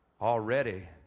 already